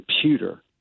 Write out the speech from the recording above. computer